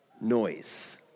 noise